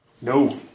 No